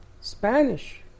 Spanish